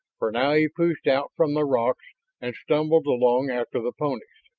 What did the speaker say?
for now he pushed out from the rocks and stumbled along after the ponies.